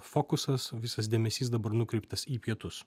fokusas visas dėmesys dabar nukreiptas į pietus